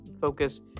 focus